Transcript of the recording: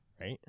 Right